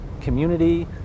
community